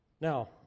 Now